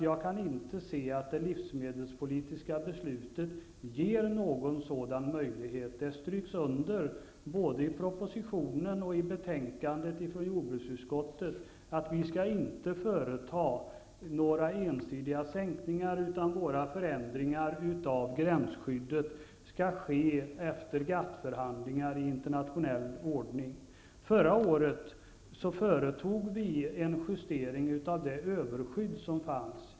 Jag kan inte se att det livsmedelspolitiska beslutet ger någon sådan möjlighet. Det stryks under både i propositionen och i betänkandet från jordbruksutskottet att vi inte skall göra några ensidiga sänkningar, utan våra förändringar av gränsskyddet skall ske efter GATT förhandlingar i internationell ordning. Förra året företog vi en justering av det överskydd som fanns.